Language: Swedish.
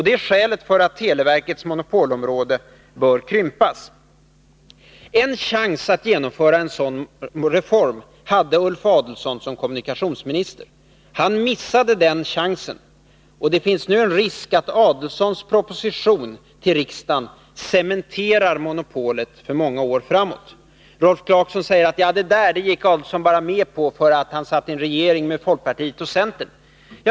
Det är skälet för att televerkets monopolområde bör krympas. En chans att genomföra en sådan reform hade Ulf Adelsohn som kommunikationsminister. Han missade den chansen, och det finns risk att Ulf Adelsohns proposition till riksdagen cementerar monopolet för många år framåt. Rolf Clarkson säger att det där gick Ulf Adelsohn med på bara för att han satt i en regering med folkpartiet och centern.